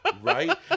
Right